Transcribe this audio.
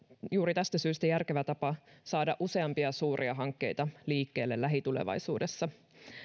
ovat juuri tästä syystä järkevä tapa saada useampia suuria hankkeita liikkeelle lähitulevaisuudessa